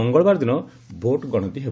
ମଙ୍ଗଳବାର ଦିନ ଭୋଟ୍ ଗଣତି ହେବ